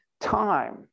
time